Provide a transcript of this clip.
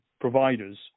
providers